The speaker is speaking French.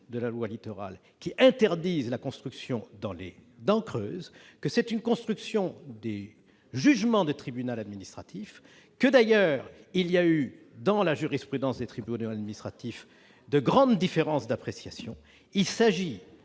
de la loi Littoral n'interdit la construction dans les dents creuses : c'est une construction des jugements de tribunal administratif, et, d'ailleurs, il y a eu dans la jurisprudence de ces tribunaux de grandes différences d'appréciation. Il s'agit